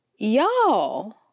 Y'all